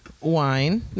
wine